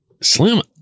Slim